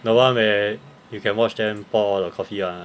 the one where you can watch them pour the coffee ah